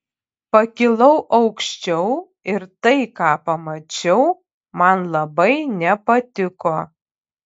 pakilau aukščiau ir tai ką pamačiau man labai nepatiko